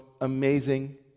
amazing